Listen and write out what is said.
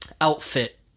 outfit